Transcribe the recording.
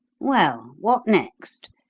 well, what next?